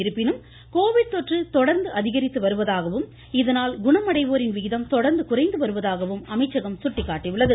இருப்பினும் கோவிட் தொற்று தொடர்ந்து அதிகரித்து வருவதாகவும் இதனால் குணமடைவோரின் விகிதம் தொடர்ந்து குறைந்து வருவதாகவும் அமைச்சகம் தெரிவித்துள்ளது